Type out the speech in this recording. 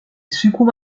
succombe